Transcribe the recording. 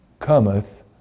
cometh